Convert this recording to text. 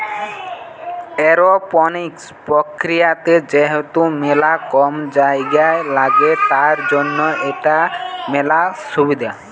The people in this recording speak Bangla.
এরওপনিক্স প্রক্রিয়াতে যেহেতু মেলা কম জায়গা লাগে, তার জন্য এটার মেলা সুবিধা